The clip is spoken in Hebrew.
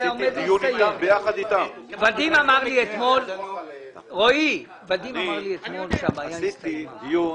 ודים אמר לי אתמול שהבעיה הסתיימה.